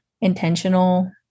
intentional